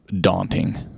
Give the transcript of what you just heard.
daunting